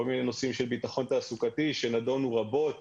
כל מיני נושאים של ביטחון תעסוקתי, שנדונו רבות